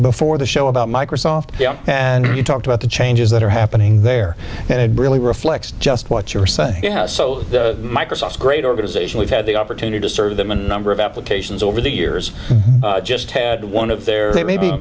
before the show about microsoft and you talked about the changes that are happening there and it really reflects just what you're saying it has so microsoft's great organization we've had the opportunity to serve them a number of applications over the years just had one of their maybe they may be